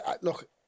look